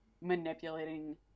manipulating